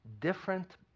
different